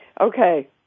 Okay